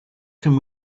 can